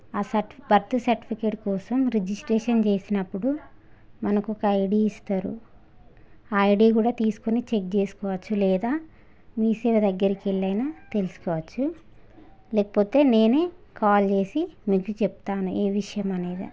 ఆ సర్టిఫి birth certificate కోసం రిజిస్ట్రేషన్ చేసినప్పుడు మనకు ఒక ఐడీ ఇస్తారు ఆ ఐడీ కూడా తీసుకొని చెక్ చేసుకోవచ్చు లేదా మీసేవ దగ్గరికి వెళ్ళైనా తెలుసుకోవచ్చు లేకపోతే నేనే కాల్ చేసి మీకు చెప్తాను ఏ విషయం అనేది